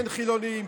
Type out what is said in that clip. כן חילונים,